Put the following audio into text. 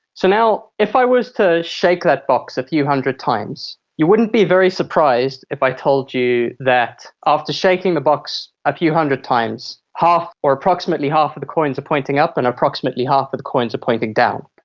so now, if i was to shake that box a few hundred times, you wouldn't be very surprised if i told you that after shaking the box a few hundred times, half or approximately half of the coins are pointing up and approximately half of the coins are pointing down.